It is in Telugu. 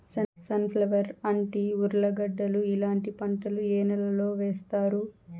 సన్ ఫ్లవర్, అంటి, ఉర్లగడ్డలు ఇలాంటి పంటలు ఏ నెలలో వేస్తారు?